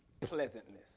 pleasantness